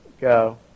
go